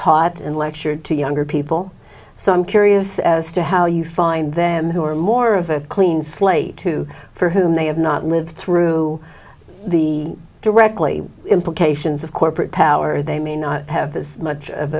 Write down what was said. taught in lecture to younger people so i'm curious as to how you find them who are more of a clean slate two for whom they have not lived through the directly implications of corporate power they may not have as much of